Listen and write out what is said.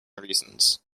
reasons